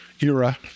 era